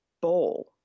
bowl